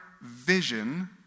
vision